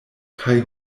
kaj